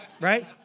right